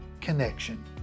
connection